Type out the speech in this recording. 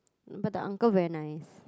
but the uncle very nice